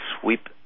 sweep